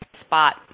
spot